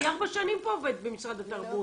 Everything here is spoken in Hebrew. אני ארבע שנים פה עובדת במשרד התרבות.